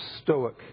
stoic